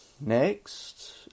next